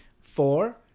four